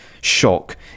shock